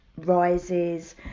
rises